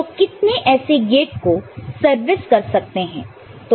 तो कितने ऐसे गेट को सर्विस कर सकते हैं